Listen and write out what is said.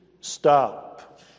stop